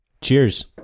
cheers